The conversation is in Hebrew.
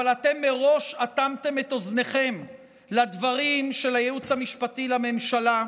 אבל אתם מראש אטמתם את אוזניכם לדברים של הייעוץ המשפטי לממשלה,